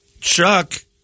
Chuck